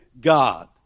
God